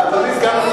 אדוני סגן השר